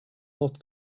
not